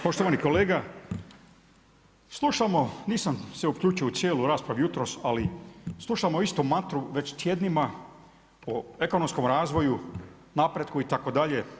Poštovani kolega, slušamo, nisam se uključio u cijelu raspravu jutros, ali slušamo istu mantru već tjednima o ekonomskom razvoju, napretku itd.